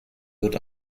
wird